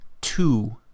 two